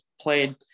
played